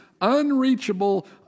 unreachable